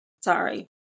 sorry